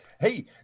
hey –